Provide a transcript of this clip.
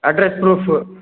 address proof